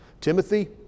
Timothy